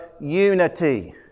unity